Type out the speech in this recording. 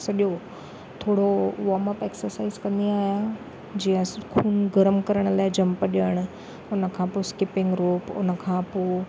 सॼो थोरो warm up exercise कंदी आहियां जीअं खून गर्मु करण लाइ जम्प ॾियणु उन खां पोइ स्किपिंग रोप उन खां पोइ